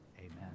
Amen